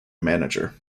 manager